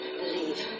believe